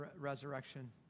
resurrection